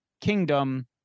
kingdom